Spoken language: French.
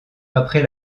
après